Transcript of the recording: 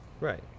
right